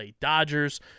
Dodgers